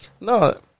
no